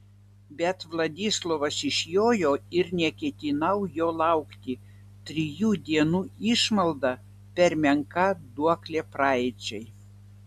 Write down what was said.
bet vladislovas išjojo ir neketinau jo laukti trijų dienų išmalda per menka duoklė praeičiai